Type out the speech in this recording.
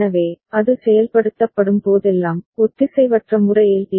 எனவே அது செயல்படுத்தப்படும் போதெல்லாம் ஒத்திசைவற்ற முறையில் டி